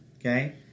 okay